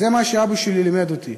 זה מה שאבא שלי לימד אותי,